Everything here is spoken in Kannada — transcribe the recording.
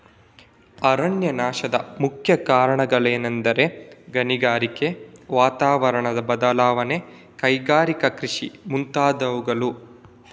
ಅರಣ್ಯನಾಶದ ಮುಖ್ಯ ಕಾರಣಗಳೆಂದರೆ ಗಣಿಗಾರಿಕೆ, ವಾತಾವರಣದ ಬದಲಾವಣೆ, ಕೈಗಾರಿಕಾ ಕೃಷಿ ಮುಂತಾದವುಗಳು